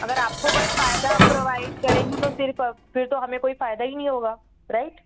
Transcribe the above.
अगर आपको बस फ़ायदा हम प्रोवाइड करेंगे तो सिर्फ़ फिर तो हमें कोई फ़ायदा ही नहीं होगा राईट